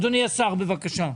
אדוני השר, בבקשה.